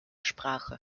sprache